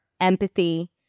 empathy